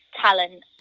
talent